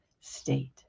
state